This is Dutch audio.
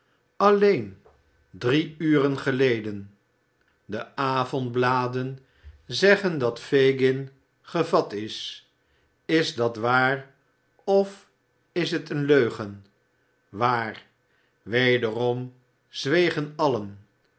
alleen drie uren geleden de avondbladen zeggen dat fagin gevat is is dat waar of is het eene leugen waar wederom zwegen allen